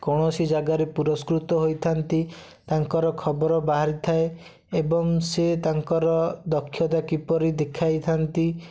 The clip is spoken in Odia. କୌଣସି ଜାଗାରେ ପୁରସ୍କୃତ ହୋଇଥାଆନ୍ତି ତାଙ୍କର ଖବର ବାହାରିଥାଏ ଏବଂ ସେ ତାଙ୍କର ଦକ୍ଷତା କିପରି ଦେଖାଇଥାନ୍ତି